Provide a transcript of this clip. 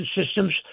systems